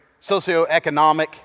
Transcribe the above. socioeconomic